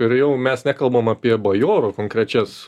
ir jau mes nekalbam apie bajorų konkrečias